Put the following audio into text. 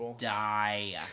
die